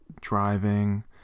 driving